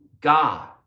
God